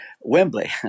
Wembley